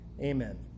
Amen